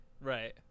right